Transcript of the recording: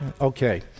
Okay